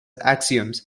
axioms